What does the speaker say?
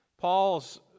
Paul's